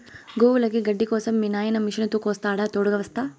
గోవులకి గడ్డి కోసం మీ నాయిన మిషనుతో కోస్తాడా తోడుగ వస్తా